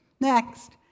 Next